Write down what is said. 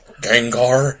Gengar